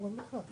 אפשר